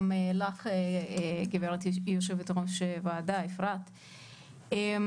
גם לך יושבת-ראש הוועדה אפרת רייטן מרום.